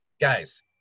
guys